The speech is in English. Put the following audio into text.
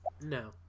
no